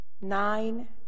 nine